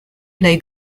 plej